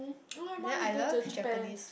I want to go to Japan